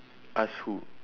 ask who